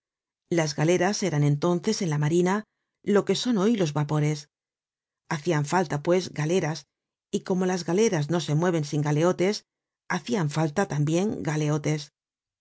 las galeras eran entonces en la marina lo que son hoy los vapores hacian falta pues galeras y como las galeras no se mueven sin galeotes hacian falta tambien galeotes